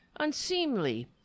unseemly